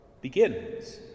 begins